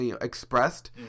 expressed